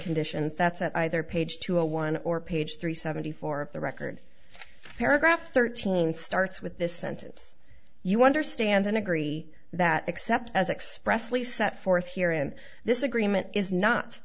conditions that's at either page two a one or page three seventy four of the record paragraph thirteen starts with this sentence you understand and agree that except as expressly set forth here in this agreement is not